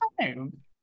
time